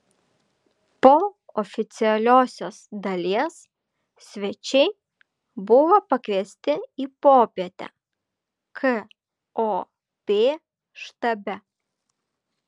po oficialiosios dalies svečiai buvo pakviesti į popietę kop štabe